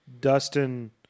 Dustin